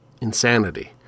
Insanity